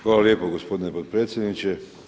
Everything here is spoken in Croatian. Hvala lijepo gospodine potpredsjedniče.